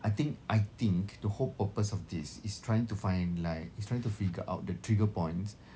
I think I think the whole purpose of this is trying to find like is trying to figure out the trigger points